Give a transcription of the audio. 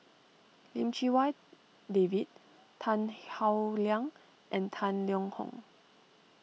Lim Chee Wai David Tan Howe Liang and Tang Liang Hong